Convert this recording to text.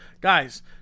guys